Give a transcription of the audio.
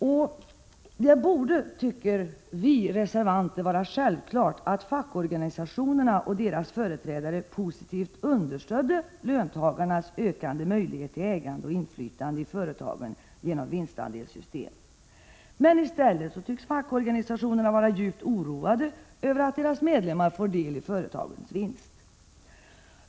Vi reservanter anser att det borde vara självklart att fackorganisationerna och deras företrädare positivt understöder löntagarnas ökande möjligheter till ägande och inflytande i företagen genom vinstandelssystem. Men i stället tycks fackorganisationerna vara djupt oroade över att deras medlemmar får del i företagens vinst.